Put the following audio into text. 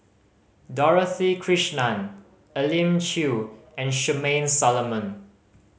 Dorothy Krishnan Elim Chew and Charmaine Solomon